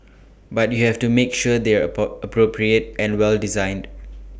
but you have to make sure they're appropriate and well designed